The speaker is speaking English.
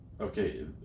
Okay